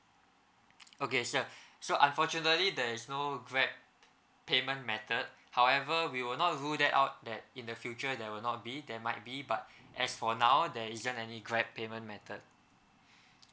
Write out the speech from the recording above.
okay sir so unfortunately there is no grab payment method however we were not rule that out that in the future there will not be there might be but as for now there isn't any grab payment method